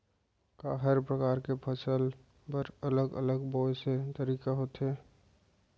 का हर प्रकार के फसल बर अलग अलग बोये के तरीका होथे?